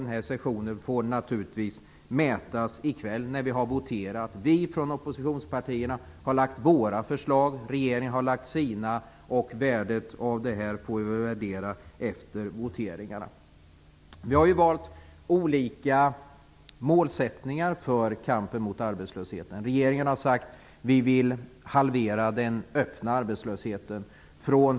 Den här sessionens värde får mätas i kväll när vi har voterat. Vi från oppositionspartierna har lagt fram våra förslag och regeringen har lagt fram sina. Värdet härav får bedömas efter voteringarna. Vi har valt olika målsättningar för kampen mot arbetslösheten. Regeringen har sagt att den vill halvera den öppna arbetslösheten.